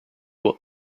what